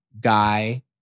guy